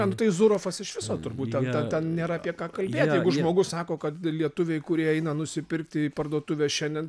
ne nu tai zurofas iš viso turbūt ten ten ten nėra apie ką kalbėt jeigu žmogus sako kad lietuviai kurie eina nusipirkti į parduotuvę šiandien